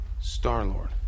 Star-Lord